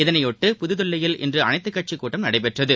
இதனையொட்டி புதுதில்லியில் இன்று அனைத்துக் கட்சிக் கூட்டம் நடைபெற்றது